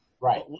Right